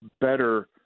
better